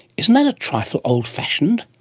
isn't that a trifle old-fashioned?